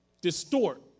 distort